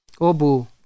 obu